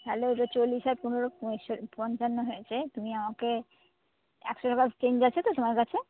তাহলে ওই তো চল্লিশ আর পনেরো পঁয়ষট্টি পঞ্চান্ন হয়েছে তুমি আমাকে একশো টাকার চেঞ্জ আছে তো তোমার কাছে